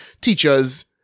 teachers